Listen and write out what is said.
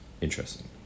interesting